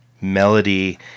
melody